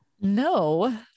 No